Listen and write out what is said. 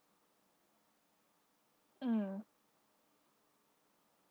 mm